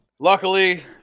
Luckily